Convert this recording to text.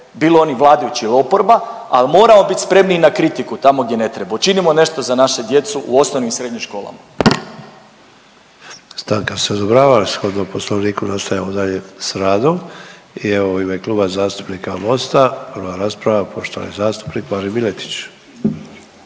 bilo oni vladajući ili oporba, al moramo bit spremni i na kritiku tamo gdje ne treba. Učinimo nešto za našu djecu u osnovnim i srednjim školama. **Sanader, Ante (HDZ)** Stanka se odobrava, ali shodno poslovniku nastavljamo dalje s radom i evo u ime Kluba zastupnika Mosta prva rasprava poštovani zastupnik Marin Miletić.